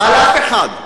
על אף אחד.